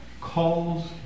calls